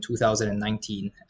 2019